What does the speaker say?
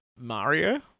Mario